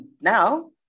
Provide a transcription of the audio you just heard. now